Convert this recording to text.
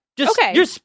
Okay